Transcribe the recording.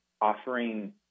offering